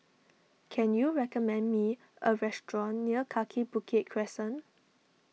can you recommend me a restaurant near Kaki Bukit Crescent